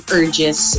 urges